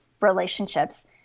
relationships